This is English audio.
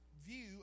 view